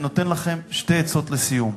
אני נותן לכם שתי עצות לסיום: